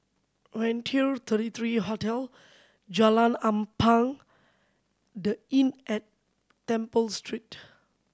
Raintr thirty three Hotel Jalan Ampang The Inn at Temple Street